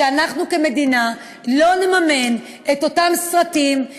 שאנחנו כמדינה לא נממן את אותם סרטים,